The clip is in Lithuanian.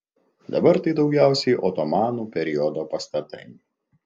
dabar tai daugiausiai otomanų periodo pastatai